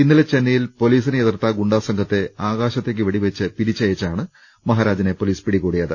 ഇന്നലെ ചെന്നൈയിൽ പൊലീസിനെ എതിർത്ത ഗുണ്ടാസംഘത്തെ ആകാശത്തേക്ക് വെടിവെച്ച് പിരിച്ചയച്ചാണ് മഹാരാജനെ പൊലീസ് പിടികൂടിയത്